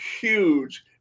huge